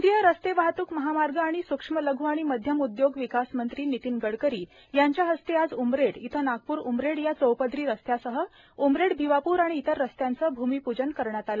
केंद्रीय रस्ते वाहतूक महामार्ग आणि सूक्ष्म लघ् आणि मध्यम उद्योग विकास मंत्री नितीन गडकरी यांच्या हस्ते आज उमरेड इथं नागपूर उमरेड या चौपदरी रस्त्यासह उमरेड भिवापूर आणि इतर रस्त्यांचं भूमीपूजन करण्यात आलं